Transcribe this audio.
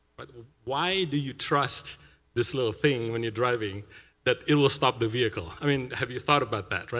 but why do you trust this little thing when you're driving that it will stop the vehicle? i mean have you thought about that?